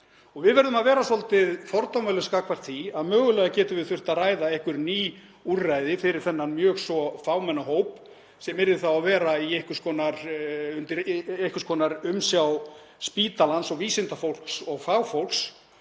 Við verðum að vera svolítið fordómalaus gagnvart því að mögulega getum við þurft að ræða einhver ný úrræði fyrir þennan mjög svo fámenna hóp sem yrði þá að vera undir einhvers konar umsjá spítalans og vísindafólks og fagfólks.